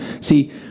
See